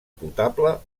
potable